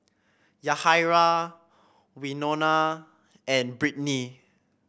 Yahaira Wynona and Brittney